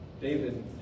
David